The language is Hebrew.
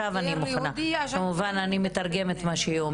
כמובן היו טענות קשות,